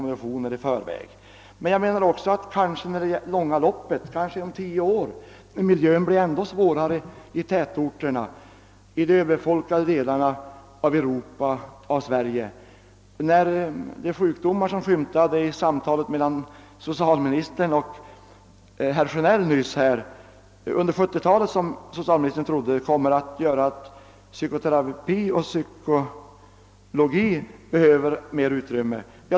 Och hur blir det i det långa loppet — säg om tio år — när boendemiljön i tätorterna och i de överfyllda delarna av Europa och Sverige har blivit ännu sämre samt när de sjukdomar som framskymtade i diskussionen mellan socialministern och herr Sjönell nyss blir ännu vanligare? Socialministern sade ju att under 1970-talet kommer psykoterapi och psykiatri att behöva större utrymme.